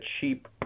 cheap